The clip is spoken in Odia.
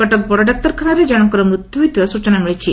କଟକ ବଡ ଡାକ୍ତରଖାନାରେ ଜଣଙ୍କର ମୃତ୍ୟୁ ହୋଇଥିବା ସୂଚନା ମିଳିଛି